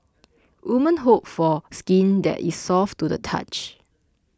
women hope for skin that is soft to the touch